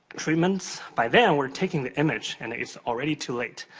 treatments, by then, we're taking the image, and it is already too late.